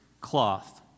cloth